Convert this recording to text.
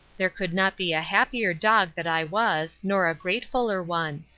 there could not be a happier dog that i was, nor a gratefuler one.